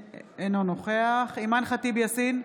אינו נוכח אימאן ח'טיב יאסין,